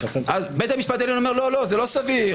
בית המשפט העליון אמר שזה לא סביר.